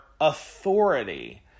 authority